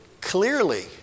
clearly